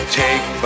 take